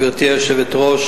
גברתי היושבת-ראש,